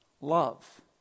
Love